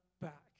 back